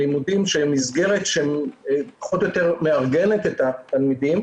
הלימודים שהם מסגרת שפחות או יותר מארגנת את התלמידים,